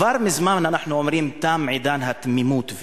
כבר מזמן אנחנו אומרים: תם עידן התמימות והילדות.